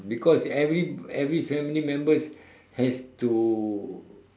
because every every family members has to